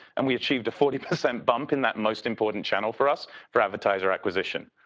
and we achieved a forty percent bump in that most important channel for us for advertiser acquisition.